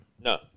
No